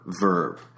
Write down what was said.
verb